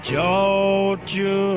Georgia